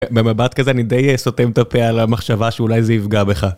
במבט כזה אני די א... סותם את הפה על המחשבה שאולי זה יפגע בך.